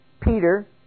Peter